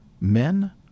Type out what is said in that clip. men